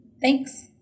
Thanks